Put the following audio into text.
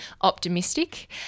optimistic